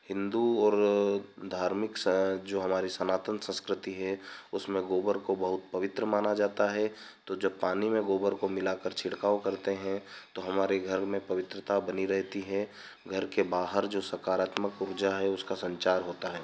हिन्दू और धार्मिक स जो हमारे सनातन संस्कृति है उसमें गोबर को बहुत पवित्र माना जाता है तो जब पानी में गोबर को मिलाकर छिड़काव करते है तो हमारे घर में पवित्रता बनी रहती है घर के बाहर जो सकारात्मक उर्जा है उसका संचार होता है